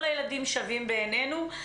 כל הילדים שווים בעינינו.